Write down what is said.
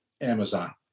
Amazon